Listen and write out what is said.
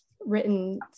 written